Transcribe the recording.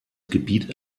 gebiet